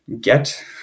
get